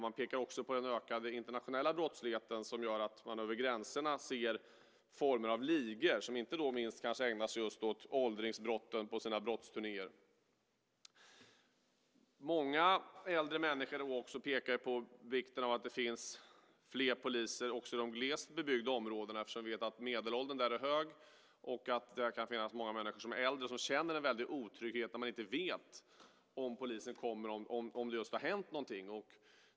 Man pekar också på den ökade internationella brottsligheten. Till exempel kan man se ligor som på sina brottsturnéer över gränserna ägnar sig åt åldringsbrott. Många äldre människor pekar på vikten av att det finns fler poliser också i de glest bebyggda områdena. Vi vet att medelåldern är hög, och där kan finnas många äldre människor som känner otrygghet när de inte vet om polisen kan komma om det har hänt något.